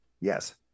yes